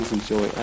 Enjoy